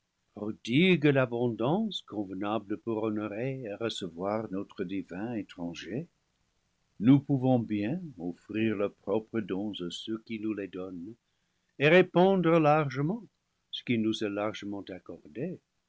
l'abondance convenable pour honorer et recevoir notre divin étranger nous pouvons bien offrir leurs propres dons à ceux qui nous les don nent et répandre largement ce qui nous est largement